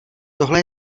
tohle